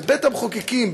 בבית-המחוקקים,